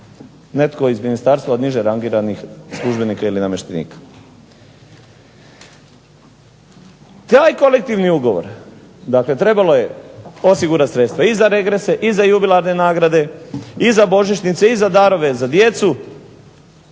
Netko iz ministarstva od niže rangiranih službenika ili namještenika. Taj kolektivni ugovor, dakle trebalo je osigurati sredstva i za regrese, i za jubilarne nagrade, i za božićnice, i za darove za djecu,